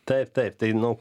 taip taip tai nu